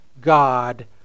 God